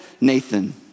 Nathan